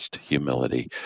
humility